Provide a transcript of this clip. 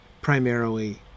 primarily